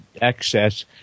excess